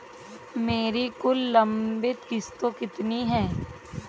मेरी कुल लंबित किश्तों कितनी हैं?